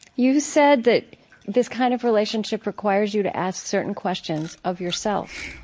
you said that this kind of relationship requires you to ask certain questions of yourself.